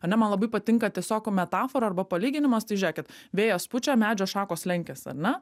ane man labai patinka tiesiog metafora arba palyginimas tai kad vėjas pučia medžio šakos lenkiasi ar ne